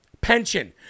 pension